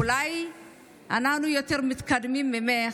אולי אנחנו יותר מתקדמים ממך.